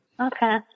Okay